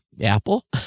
Apple